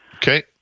Okay